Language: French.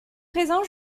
présents